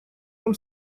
вам